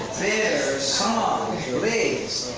song please.